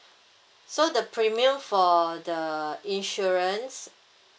so the premium for the insurance